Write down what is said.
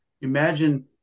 imagine